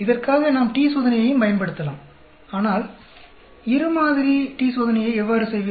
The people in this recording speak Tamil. இதற்காக நாம் t சோதனையையும் பயன்படுத்தலாம் ஆனால் இரு மாதிரி t சோதனையை எவ்வாறு செய்வது